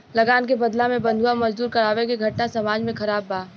लगान के बदला में बंधुआ मजदूरी करावे के घटना समाज में खराब बा